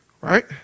Right